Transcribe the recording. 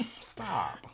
stop